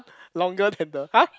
longer than the [huh]